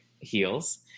heels